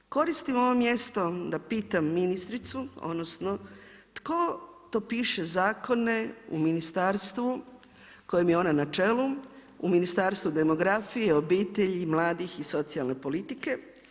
Koristim ovo mjesto da pitam ministricu, odnosno, tko to piše zakone u Ministarstvu kojem je ona na čelu u Ministarstvu demografije, obitelji, mladih i socijalne politike?